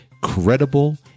credible